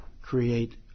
create